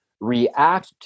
react